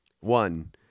One